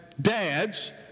dads